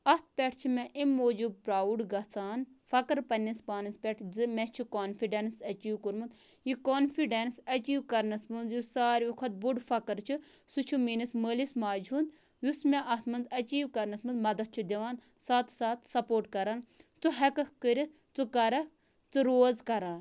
اَتھ پٮ۪ٹھ چھِ مےٚ اَمہِ موٗجوٗب پَراوُڑ گَژھان فقٕر پَننِس پانَس پٮ۪ٹھ زِ مےٚ چھُ کانفِڈینٕس ایٚچیٖو کوٚرمُت یہِ کانفِڈینٕس ایٚچیٖو کَرنَس مَنز یُس ساروی کھۄتہٕ بوٚڑ فقٕر چھُ سُہ چھُ میٲنِس مٲلِس ماجہِ ہُند یُس مےٚ اَتھ مَنز ایٚچیٖو کَرنَس مَنز مدتھ چھُ دِوان ساتہٕ ساتہٕ سَپوٹ کَران ژُ ہیٚکَکھ کٔرِتھ ژٕ کَرکھ ژٕ روز کَران